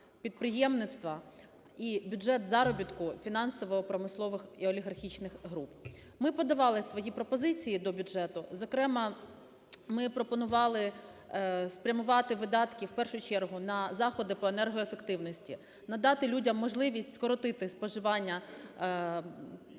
підприємництва і бюджет заробітку фінансово-промислових і олігархічних груп. Ми подавали свої пропозиції до бюджету. Зокрема, ми пропонували спрямувати видатки в першу чергу на заходи по енергоефективності, надати людям можливість скоротити споживання